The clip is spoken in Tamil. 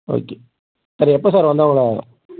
ஓகே சார் எப்போ சார் வந்து உங்கள